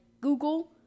Google